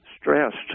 stressed